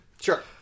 Sure